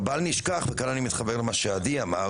אבל בל נשכח וכאן אני מתחבר למה שעדי אמר